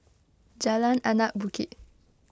Jalan Anak Bukit